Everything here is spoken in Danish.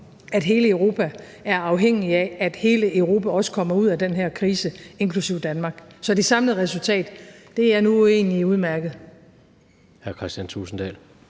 at hele Europa er afhængige af, at hele Europa også kommer ud af den her krise, inklusive Danmark. Så det samlede resultat er nu egentlig udmærket.